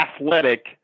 athletic